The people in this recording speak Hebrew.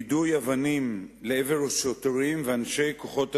יידוי אבנים לעבר שוטרים וכוחות הביטחון,